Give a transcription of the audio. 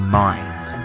mind